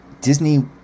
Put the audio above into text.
Disney